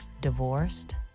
divorced